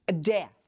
death